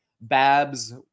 Babs